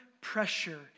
pressure